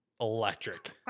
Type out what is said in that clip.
Electric